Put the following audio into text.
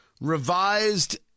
revised